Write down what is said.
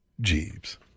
Jeeves